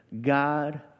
God